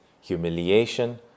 humiliation